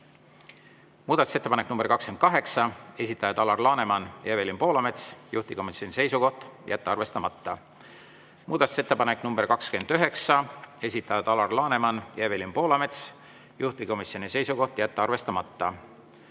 Muudatusettepanek nr 28, esitajad Alar Laneman ja Evelin Poolamets, juhtivkomisjoni seisukoht on jätta arvestamata. Muudatusettepanek nr 29, esitajad Alar Laneman ja Evelin Poolamets, juhtivkomisjoni seisukoht on jätta arvestamata.